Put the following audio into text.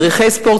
מדריכי ספורט,